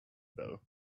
though